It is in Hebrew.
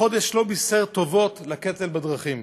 החודש לא בישר טובות בקטל בדרכים: